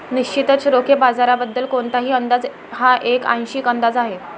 निश्चितच रोखे बाजाराबद्दल कोणताही अंदाज हा एक आंशिक अंदाज आहे